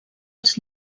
els